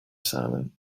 silent